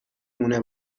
مونه